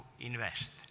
invest